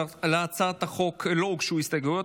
להצעת החוק לא הוגשו הסתייגויות,